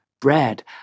bread